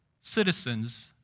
citizens